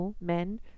men